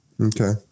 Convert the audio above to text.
Okay